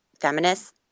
feminist